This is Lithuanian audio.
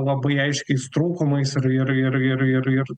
labai aiškiais trūkumais ir ir ir ir ir ir